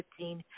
15